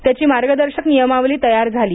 त्याची मार्गदर्शक नियमावली तयार झाली